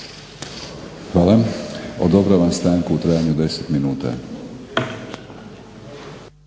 Hvala. Odobravam stanku u trajanju od 10 minuta.